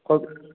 কবে